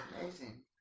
Amazing